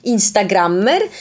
Instagrammer